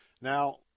Now